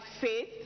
faith